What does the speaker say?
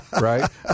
right